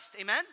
Amen